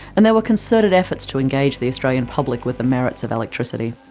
and there were concerted efforts to engage the australian public with the merits of electricity.